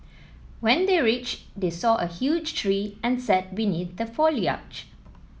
when they reached they saw a huge tree and sat beneath the foliage